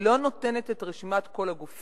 אני לא נותנת את רשימת כל הגופים.